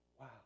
wow